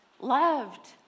loved